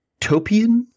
Topian